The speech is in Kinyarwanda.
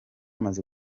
maze